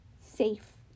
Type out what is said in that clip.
safe